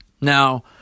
Now